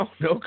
no